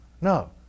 No